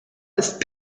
ist